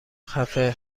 خفه